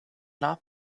not